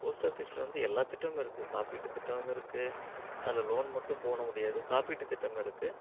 post ஆஃபீஸில் வந்து எல்லாத் திட்டமும் இருக்குது காப்பீட்டுத் திட்டம் இருக்குது அதில் லோன் மட்டும் போட முடியாது காப்பீட்டுத் திட்டம் இருக்குது